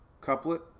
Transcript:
couplet